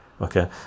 okay